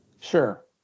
Sure